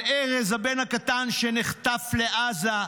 על ארז, הבן הקטן, שנחטף לעזה,